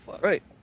Right